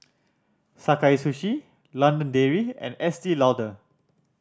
Sakae Sushi London Dairy and Estee Lauder